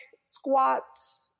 squats